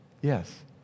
Yes